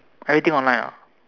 everything online ah